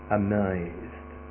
amazed